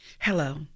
Hello